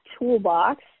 toolbox